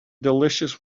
delicious